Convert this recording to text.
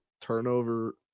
turnover